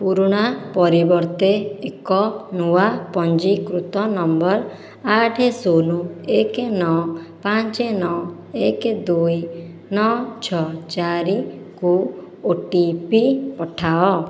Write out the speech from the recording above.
ପୁରୁଣା ପରିବର୍ତ୍ତେ ଏକ ନୂଆ ପଞ୍ଜୀକୃତ ନମ୍ବର ଆଠ ଶୂନ ଏକ ନଅ ପାଞ୍ଚ ନଅ ଏକ ଦୁଇ ନଅ ଛଅ ଚାରିକୁ ଓଟିପି ପଠାଅ